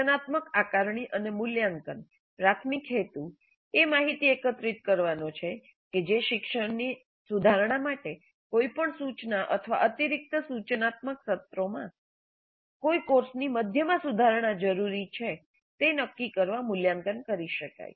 રચનાત્મક આકારણી અને મૂલ્યાંકન પ્રાથમિક હેતુ એ માહિતી એકત્રિત કરવાનો છે કે જે શિક્ષણને સુધારવા માટે કોઈ પણ સૂચના અથવા અતિરિક્ત સૂચનાત્મક સત્રોમાં કોઈ કોર્સની મધ્ય માં સુધારણા જરૂરી છે તે નક્કી કરવા મૂલ્યાંકન કરી શકાય